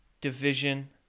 division